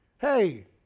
Hey